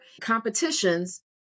competitions